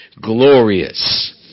glorious